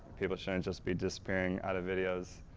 people shouldn't just be disappearing out of videos.